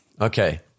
Okay